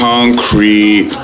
Concrete